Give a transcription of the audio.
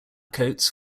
coats